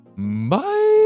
Bye